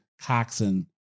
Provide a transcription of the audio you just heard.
Coxon